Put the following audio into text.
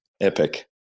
Epic